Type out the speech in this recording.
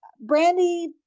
Brandy